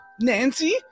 nancy